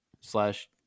slash